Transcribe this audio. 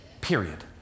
Period